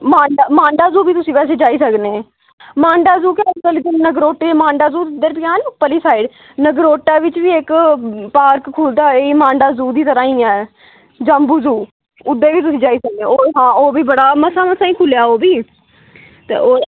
मांडा Manda zoo बी तुसी वैसे जाई सकने मांडा जू के उप्परली नगरोटे मांडा जू उद्धर पेआ नी उप्परली साईड नगरोटा बिच्च बी इक पार्क खुलदा ऐ मांडा जू दी तरह ही ऐ जम्बू जू उद्धर बी तुस जाई सकने ओ होर हां ओह् बी बड़ा मसां मसां ही खुल्लेआ ऐ ओह् बी ते